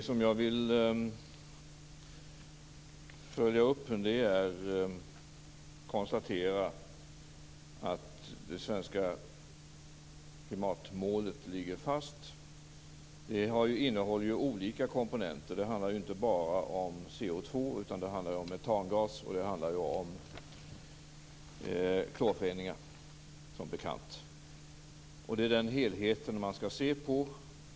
Fru talman! Jag konstaterar att det svenska klimatmålet ligger fast. Det innehåller ju olika komponenter. Det handlar inte bara om CO2. Det handlar också om metangas och om klorföreningar som bekant. Det är den helheten man skall se på.